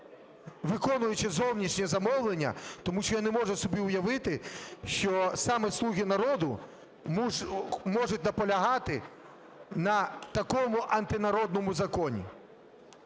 виконуючи зовнішнє замовлення, тому що я не можу собі уявити, що саме "слуги народу" можуть наполягати на такому антинародному законі.